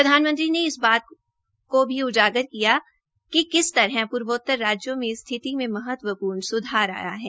प्रधानमंत्री ने इस बात को भी उजागर किया कि किस तरह पूर्वोतर राज्यों में स्थिति में महत्वपूर्ण स्धार आया है